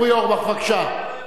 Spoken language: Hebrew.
אורי אורבך, בבקשה.